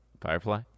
Firefly